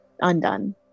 undone